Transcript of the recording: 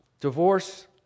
Divorce